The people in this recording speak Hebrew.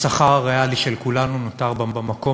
השכר הריאלי של כולנו נותר במקום,